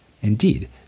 Indeed